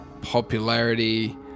popularity